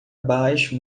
baixo